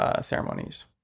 ceremonies